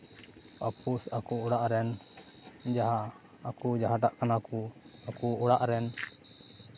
ᱟᱹᱯᱩᱥ ᱟᱠᱚ ᱚᱲᱟᱜ ᱨᱮᱱ ᱡᱟᱦᱟᱸ ᱟᱠᱚ ᱡᱟᱦᱟᱸᱴᱟᱜ ᱠᱟᱱᱟ ᱠᱚ ᱟᱠᱚ ᱚᱲᱟᱜ ᱨᱮᱱ